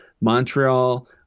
Montreal